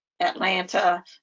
Atlanta